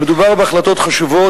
המדובר בהחלטות חשובות,